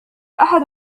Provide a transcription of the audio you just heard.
أحد